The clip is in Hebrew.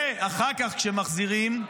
ואחר כך, כשמחזירים,